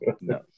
No